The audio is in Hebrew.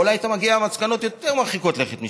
אולי היא הייתה מגיעה למסקנות יותר מרחיקות לכת משלך,